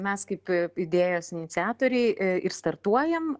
mes kaip idėjos iniciatoriai ir startuojam